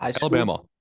Alabama